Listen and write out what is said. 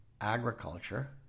agriculture